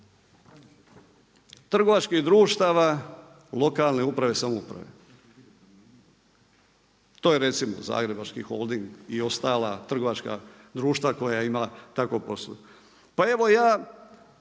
trgovačkih društava lokalne uprave i samouprave. To je recimo Zagrebački Holding i ostala trgovačka društva koja tako posluju. Pa evo ja